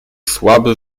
słaby